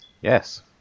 Yes